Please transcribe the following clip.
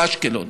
או אשקלון.